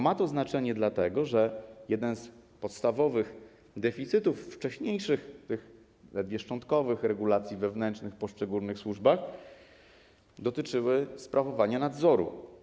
Ma to znaczenie dlatego, że jeden z podstawowych deficytów wcześniejszych, tych ledwie szczątkowych regulacji wewnętrznych w poszczególnych służbach dotyczył sprawowania nadzoru.